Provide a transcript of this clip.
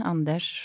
Anders